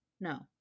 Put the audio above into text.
No